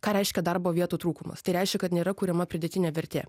ką reiškia darbo vietų trūkumas tai reiškia kad nėra kuriama pridėtinė vertė